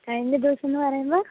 കഴിഞ്ഞ ദിവസം എന്ന് പറയുമ്പോൾ